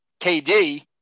KD